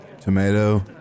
Tomato